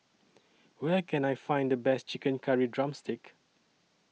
Where Can I Find The Best Chicken Curry Drumstick